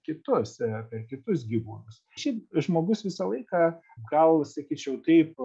kitus kitus gyvūnus šiaip žmogus visą laiką gal sakyčiau taip